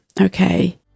Okay